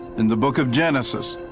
in the book of genesis,